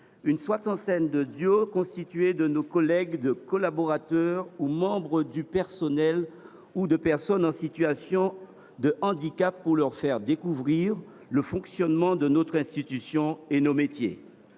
une soixantaine de duos constitués de nos collègues, de collaborateurs ou de membres du personnel et de personnes en situation de handicap pour leur faire découvrir le fonctionnement de notre institution et nos métiers.